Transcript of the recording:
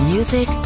Music